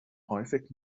häufig